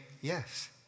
yes